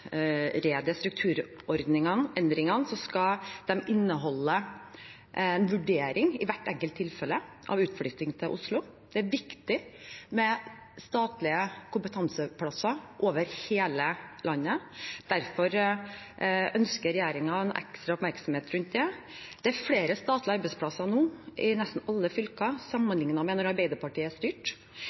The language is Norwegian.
i hvert enkelt tilfelle inneholde en vurdering av utflytting fra Oslo. Det er viktig med statlige kompetansearbeidsplasser over hele landet. Derfor ønsker regjeringen en ekstra oppmerksomhet rundt det. Det er flere statlige arbeidsplasser i nesten alle fylker nå sammenlignet med da Arbeiderpartiet styrte. Det er